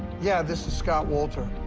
yeah, this is scott wolter.